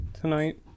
tonight